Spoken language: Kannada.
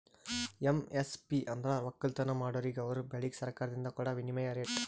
ಎಮ್.ಎಸ್.ಪಿ ಅಂದ್ರ ವಕ್ಕಲತನ್ ಮಾಡೋರಿಗ ಅವರ್ ಬೆಳಿಗ್ ಸರ್ಕಾರ್ದಿಂದ್ ಕೊಡಾ ಮಿನಿಮಂ ರೇಟ್